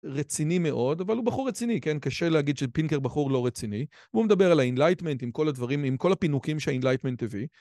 רציני מאוד, אבל הוא בחור רציני, כן? קשה להגיד שפינקר בחור לא רציני. והוא מדבר על ה-Enlightenment עם כל הדברים, עם כל הפינוקים שה-Enlightenment תביא.